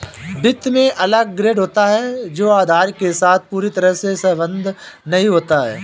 वित्त में अलग ग्रेड होता है जो आधार के साथ पूरी तरह से सहसंबद्ध नहीं होता है